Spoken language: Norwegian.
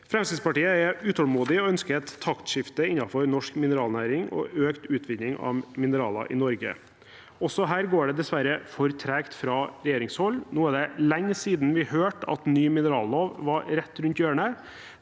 Fremskrittspartiet er utålmodig og ønsker et taktskifte innenfor norsk mineralnæring og økt utvinning av mineraler i Norge. Også her går det dessverre for tregt fra regjeringshold. Nå er det lenge siden vi hørte at ny minerallov var rett rundt hjørnet